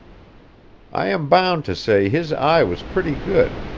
i am bound to say his eye was pretty good,